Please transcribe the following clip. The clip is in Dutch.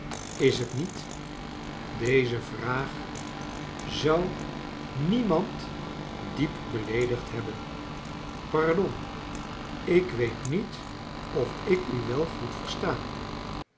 is t niet deze vraag zou niemand diep beleedigd hebben pardon ik weet niet of ik u wel goed versta